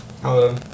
Hello